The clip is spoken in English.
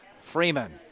Freeman